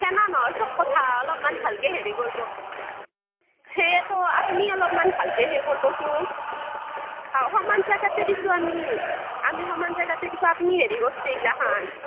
হেনে নহয় চব কথা অলপ ভালকে হেৰি কৰব্ সেয়েতো আপ্নি অলপমান ভালকে হেৰি কৰব্চোন হাও সমান জেগাতে দিছোঁ আমি আমি সমান জেগাতে দিছোঁ আপ্নি হেৰি কৰ্ছে ইল্গাখান